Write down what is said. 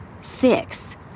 fix